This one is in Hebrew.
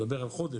אני מדבר על חודש,